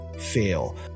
fail